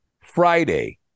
Friday